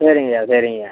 சரிங்கய்யா சரிங்கய்யா